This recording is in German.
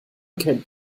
kennt